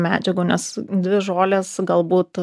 medžiagų nes dvi žolės galbūt